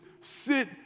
sit